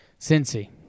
Cincy